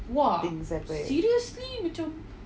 insights right